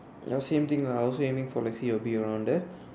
ya same thing lah I also aiming for the C or B around there